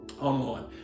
Online